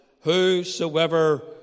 whosoever